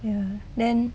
ya then